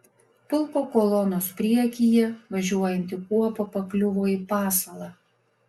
pulko kolonos priekyje važiuojanti kuopa pakliuvo į pasalą